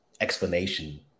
explanation